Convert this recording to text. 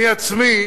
אני עצמי